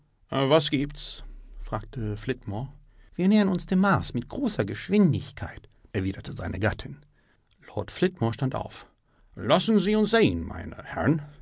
was gibt's fragte flitmore wir nähern uns dem mars mit großer geschwindigkeit erwiderte seine gattin flitmore stand auf lassen sie uns sehen meine herren